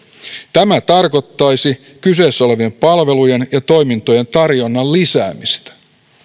tämä tarkoittaisi kyseessä olevien palvelujen ja toimintojen tarjonnan lisäämistä